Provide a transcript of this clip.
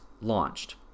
launched